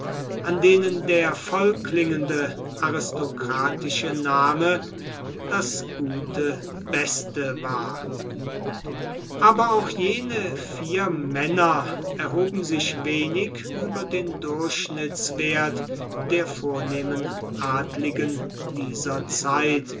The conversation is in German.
an denen der vollklingende aristokratische name das gute beste war aber auch jene vier männer erhoben sich wenig über den durchschnittswert der vornehmen adligen dieser zeit